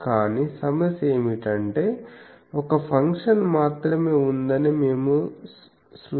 కానీ సమస్య ఏమిటంటే ఒక ఫంక్షన్ మాత్రమే ఉందని మేము సృష్టించాము